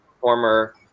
former